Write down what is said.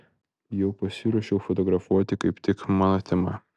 jau pasiruošiau fotografuoti kaip tik mano tema